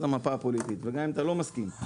המפה הפוליטית וגם אם אתה לא מסכים.